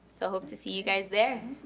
so hope to see you guys there.